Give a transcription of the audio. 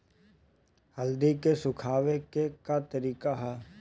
हल्दी के सुखावे के का तरीका ह?